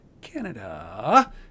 Canada